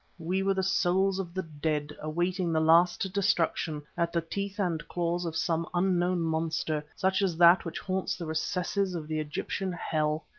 we were the souls of the dead awaiting the last destruction at the teeth and claws of some unknown monster, such as that which haunts the recesses of the egyptian hell.